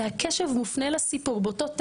והקשב מופנה לסיפור באותו תדר.